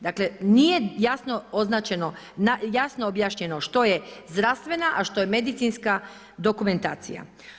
Dakle nije jasno označeno, jasno objašnjeno, što je zdravstvena a što medicinska dokumentacija.